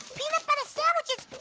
peanut butter sandwiches?